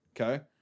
Okay